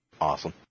Awesome